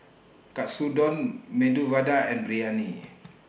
Katsudon Medu Vada and Biryani